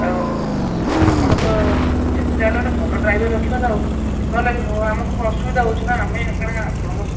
ଆଉ ଆପଣ ତ ଯେତେ ଯାହା ହେଲେ ଗୋଟେ ଭଲ ଡ୍ରାଇଭର୍ ରଖିବେ ନା ଆଉ ନହେଲେ ଆମକୁ ଅସୁବିଧା ହେଉଛି ନା ଆମେ କ'ଣ ଆପଣଙ୍କ